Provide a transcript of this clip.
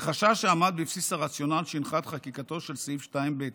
החשש שעמד בבסיס הרציונל שהנחה את חקיקתו של סעיף 2(ב),